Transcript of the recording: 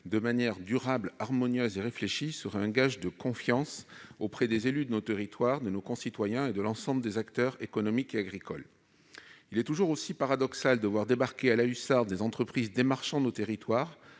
de manière durable, harmonieuse et réfléchie serait un gage de confiance adressé aux élus de nos territoires, à nos concitoyens et à l'ensemble des acteurs économiques et agricoles. Il est toujours paradoxal de voir débarquer à la hussarde des entreprises démarchant nos territoires,